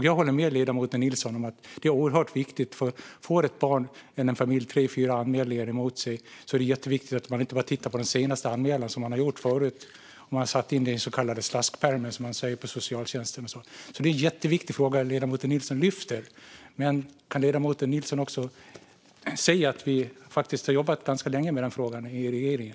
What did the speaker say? Jag håller med ledamoten om att det här är oerhört viktigt. Om socialtjänsten får tre fyra anmälningar om ett barn eller en familj är det jätteviktigt att man inte bara tittar på den senaste anmälan, som man har gjort förut. Man har satt in den i slaskpärmen, som man säger på socialtjänsten. Det är en jätteviktig fråga som ledamoten Nilsson lyfter fram. Men kan ledamoten Nilsson också se att man faktiskt har jobbat ganska länge med den här frågan i regeringen?